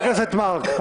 חברת הכנסת מארק,